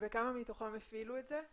כמה מתוכם הפעילו את זה?